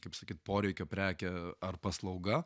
kaip sakyt poreikio prekė ar paslauga